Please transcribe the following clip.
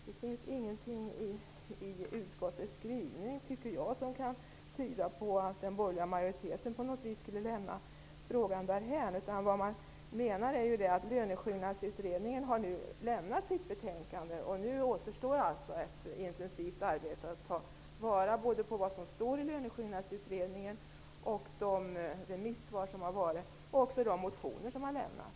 Det finns ingenting i utskottets skrivning som tyder på att den borgerliga majoriteten på något sätt skulle lämna frågan därhän. Man menar att Löneskillnadsutredningen har lämnat sitt betänkande. Nu återstår ett intensivt arbete för att ta vara på vad som står i Löneskillnadsutredningen, remissvaren och de motioner som har lämnats.